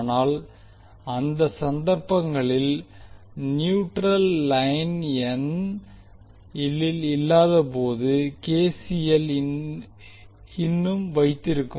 ஆனால் அந்த சந்தர்ப்பங்களில் நியூட்ரல் லைன் n n இல் இல்லாதபோது கெ சி எல் இன்னும் வைத்திருக்கும்